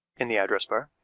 in the address bar,